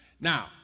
Now